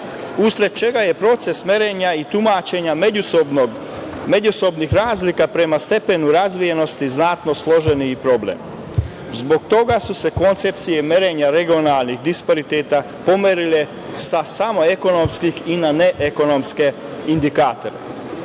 usled čega je proces merenja i tumačenja međusobnih razlika prema stepenu razvijenosti znatno složen problem. Zbog toga su koncepcije merenja regionalnih dispariteta pomerile sa samo ekonomskih i na neekonomske indikatore. Vlada